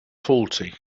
faulty